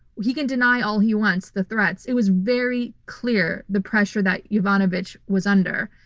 he can deny all he wants, the threats. it was very clear the pressure that yovanovitch was under.